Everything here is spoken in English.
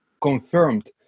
Confirmed